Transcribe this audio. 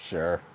Sure